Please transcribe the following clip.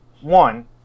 One